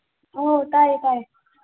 ꯑꯣ ꯇꯥꯏꯌꯦ ꯇꯥꯏꯌꯦ